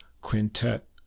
Quintet